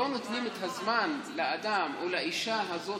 לא נותנים את הזמן לאדם או לאישה הזאת,